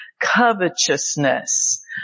covetousness